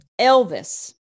Elvis